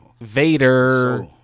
Vader